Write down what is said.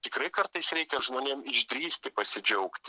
tikrai kartais reikia žmonėm išdrįsti pasidžiaugti